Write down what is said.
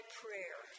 prayer